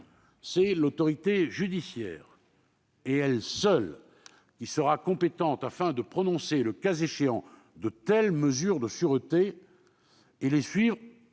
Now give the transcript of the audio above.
c'est l'autorité judiciaire et elle seule qui sera compétente afin de prononcer, le cas échéant, de telles mesures de sûreté et d'assurer